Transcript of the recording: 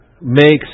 makes